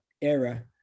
era